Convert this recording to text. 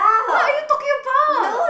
what are you talking about